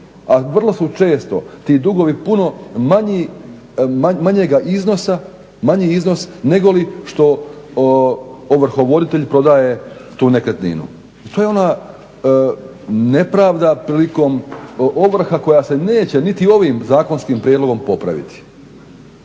A vrlo su često ti dugovi puno manjega iznosa, manji iznos nego li što ovrhovoditelj prodaje tu nekretninu. I to je ona nepravda prilikom ovrha koja se neće niti ovim zakonskim prijedlogom popraviti.